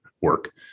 work